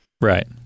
Right